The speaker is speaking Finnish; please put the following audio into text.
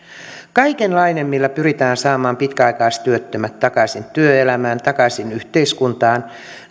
kaikenlaiset millä pyritään saamaan pitkäaikaistyöttömät takaisin työelämään takaisin yhteiskuntaan